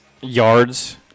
yards